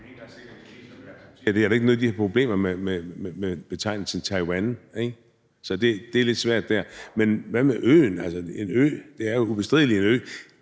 det … [Lydudfald] … problemer med betegnelsen Taiwan. Så det er lidt svært. Men hvad med »øen«? Altså, det er jo ubestrideligt en ø,